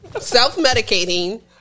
Self-medicating